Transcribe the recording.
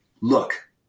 look